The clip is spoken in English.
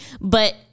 but-